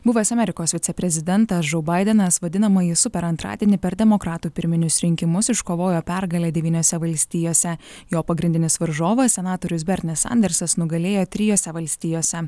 buvęs amerikos viceprezidentas žou baidenas vadinamąjį super antradienį per demokratų pirminius rinkimus iškovojo pergalę devyniose valstijose jo pagrindinis varžovas senatorius bernis sandersas nugalėjo trijose valstijose